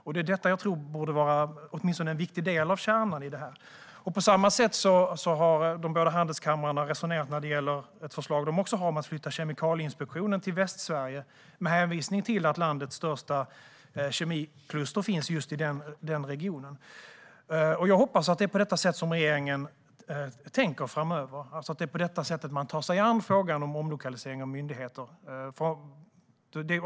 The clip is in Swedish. Det är detta jag tror borde vara åtminstone en viktig del av kärnan i detta. På samma sätt har de båda handelskamrarna resonerat när det gäller ett förslag som de också har: att flytta Kemikalieinspektionen till Västsverige, med hänsyn till att landets största kemikluster finns i just den regionen. Jag hoppas att det är på detta sätt regeringen tänker framöver, alltså att det är på detta sätt man tar sig an frågan om omlokalisering av myndigheter.